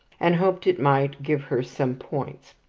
and hoped it might give her some points.